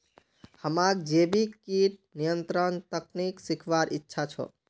हमाक जैविक कीट नियंत्रण तकनीक सीखवार इच्छा छ